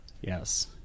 Yes